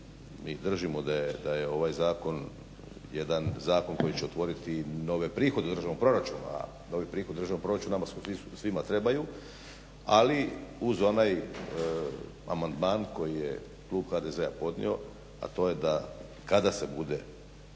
mi držimo da je ovaj zakon jedan zakon koji će otvoriti nove prihode u državnom proračunu, a novi prihodi u državnom proračunu nama svima trebaju ali uz onaj amandman koji je klub HDZ-a podnio, a to je kada se bude